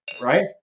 right